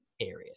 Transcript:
period